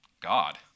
God